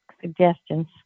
suggestions